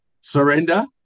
surrender